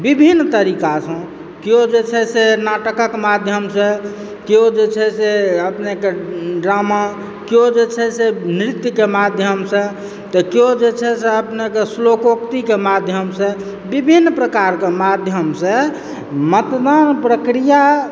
विभिन्न तरीकासँ केओ जे छै से नाटकक माध्यमसँ कियो जे छै से अपनेकऽ ड्रामा केओ जे छै से नृत्यके माध्यमसँ तऽ केओ जे छै से अपनेकऽ श्लोकोक्तिके माध्यमसँ विभिन्न प्रकारकऽ माध्यमसँ मतदान प्रक्रिया